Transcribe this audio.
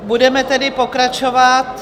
Budeme tedy pokračovat.